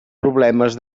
problemes